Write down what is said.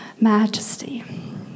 majesty